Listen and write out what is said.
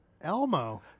Elmo